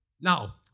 Now